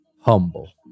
humble